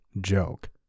joke